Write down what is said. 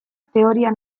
teorian